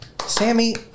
Sammy